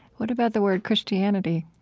what about the word christianity? oh,